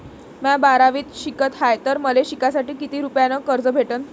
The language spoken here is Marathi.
म्या बारावीत शिकत हाय तर मले शिकासाठी किती रुपयान कर्ज भेटन?